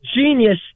genius